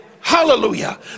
Hallelujah